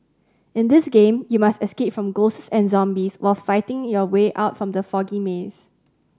in this game you must escape from ghosts and zombies while finding the way out from the foggy maze